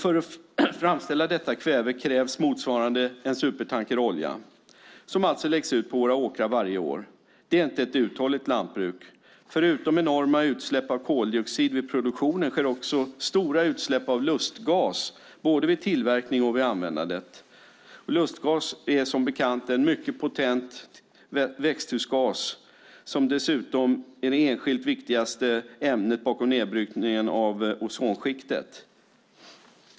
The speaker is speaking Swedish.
För att framställa detta kväve krävs motsvarande en supertanker olja, som alltså läggs ut på våra åkrar varje år. Det är inte ett uthålligt lantbruk. Förutom enorma utsläpp av koldioxid vid produktion sker också stora utsläpp av lustgas, både vid tillverkning och vid användande. Lustgas är som bekant en mycket potent växthusgas som dessutom är det enskilt viktigaste ämnet bakom nedbrytningen av ozonskiktet.